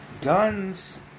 Guns